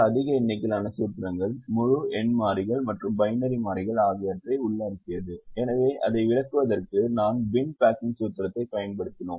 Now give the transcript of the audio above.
அதிக எண்ணிக்கையிலான சூத்திரங்கள் முழு எண் மாறிகள் மற்றும் பைனரி மாறிகள் ஆகியவற்றை உள்ளடக்கியது எனவே அதை விளக்குவதற்கு நாம் பின் பேக்கிங் சூத்திரத்தைப் பயன்படுத்தினோம்